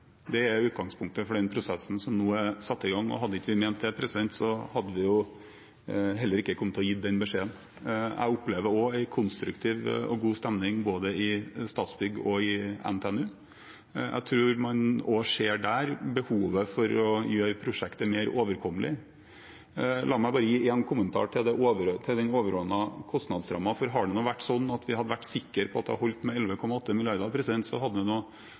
Det er utgangspunktet for den prosessen som nå er satt i gang. Hadde vi ikke ment det, hadde vi heller ikke kommet til å gi den beskjeden. Jeg opplever en konstruktiv og god stemning både i Statsbygg og i NTNU. Jeg tror man også der ser behovet for å gjøre prosjektet mer overkommelig. La meg gi en kommentar til den overordnete kostnadsrammen. Hadde det nå vært sånn at vi hadde vært sikre på at det hadde holdt med 11,8 mrd. kr, hadde det